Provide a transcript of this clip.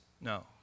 No